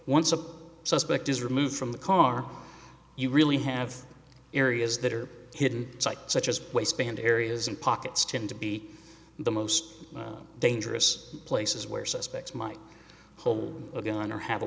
once a suspect is removed from the car you really have areas that are hidden such as waistband areas and pockets tend to be the most dangerous places where suspects might hold a gun or have a